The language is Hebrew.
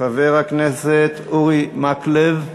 חבר הכנסת אורי מקלב,